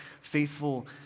faithful